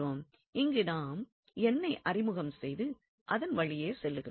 இங்கு நாம் ஐ அறிமுகம் செய்து அதன் வழியே செல்கிறோம்